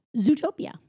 Zootopia